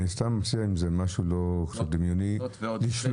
אני סתם עושה עם זה משהו דמיוני לשלוח